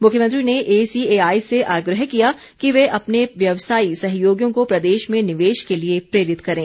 मुख्यमंत्री ने एसीएआई से आग्रह किया कि वे अपने व्यवसायी सहयोगियों को प्रदेश में निवेश के लिए प्रेरित करें